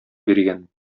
биргән